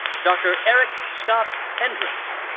dr. eric scott hendricks.